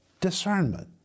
Discernment